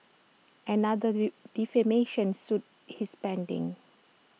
another defamation suit is pending